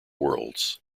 worlds